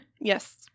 Yes